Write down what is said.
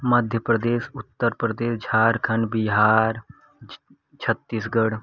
Madhya Pradesh Uttar Pradesh Jharkhand Bihar Chhattisgarh